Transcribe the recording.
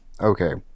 Okay